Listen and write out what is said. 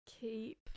Keep